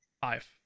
five